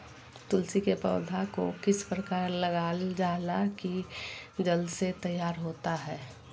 तुलसी के पौधा को किस प्रकार लगालजाला की जल्द से तैयार होता है?